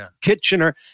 Kitchener